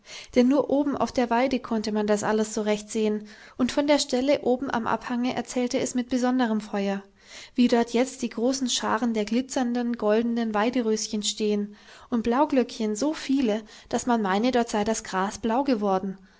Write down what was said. denn nur oben auf der weide konnte man das alles so recht sehen und von der stelle oben am abhange erzählte es mit besonderem feuer wie dort jetzt die großen scharen der glitzernden goldenen weideröschen stehen und blauglöckchen so viele daß man meine dort sei das gras blau geworden